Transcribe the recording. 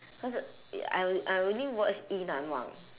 cause I I only watch yi nan wang